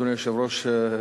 אדוני היושב-ראש,